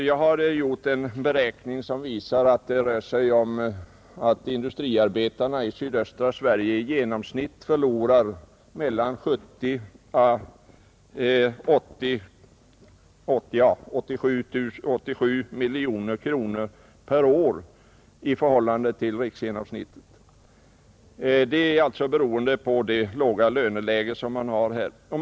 Jag har gjort en beräkning som visar att industriarbetarna i Kalmar län förlorar mellan 70 och 87 miljoner kronor per år i förhållande till riksgenomsnittet. Detta beror alltså på det låga löneläget i denna del av landet.